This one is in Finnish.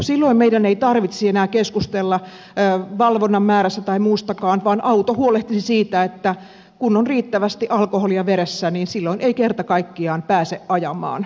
silloin meidän ei tarvitsisi enää keskustella valvonnan määrästä tai muustakaan vaan auto huolehtisi siitä että kun on riittävästi alkoholia veressä niin silloin ei kerta kaikkiaan pääse ajamaan